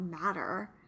matter